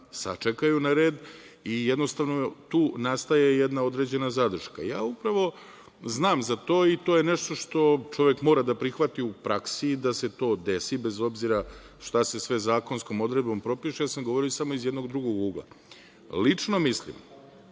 sačekaju na red i jednostavno tu nastaje jedna određena zadrška. Upravo, znam za to i to je nešto što čovek mora da prihvati u praksi da se to desi, bez obzira šta se sve zakonskom odredbom propiše, ja sam govorio samo iz jednog drugog ugla. Lično mislim